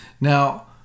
Now